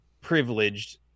privileged